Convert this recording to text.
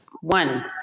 One